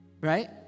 Right